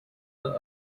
the